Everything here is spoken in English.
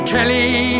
Kelly